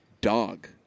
Dog